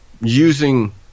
using